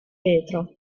vetro